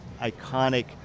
iconic